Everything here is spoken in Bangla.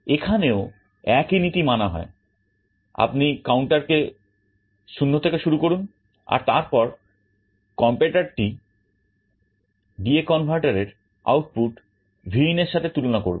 এখানেও একই নীতি মানা হয় আপনি counter কে শূন্য থেকে শুরু করুন আর তারপর comparatorটি DA converter এর আউটপুট Vin এর সাথে তুলনা করবে